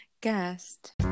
guest